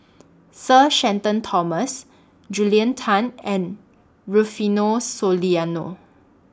Sir Shenton Thomas Julia Tan and Rufino Soliano